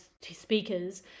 speakers